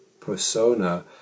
persona